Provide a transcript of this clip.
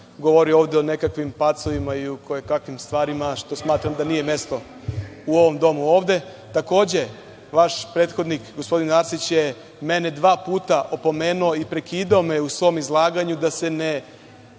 govorio ovde o nekakvim pacovima i o koje kakvim stvarima, što smatram da nije mesto u ovom domu ovde. Takođe, vaš prethodnik, gospodin Arsić je mene dva puta opomenuo i prekidao me u svom izlaganju da se